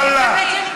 ואללה, ואללה.